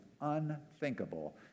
unthinkable